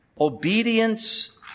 obedience